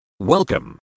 Welcome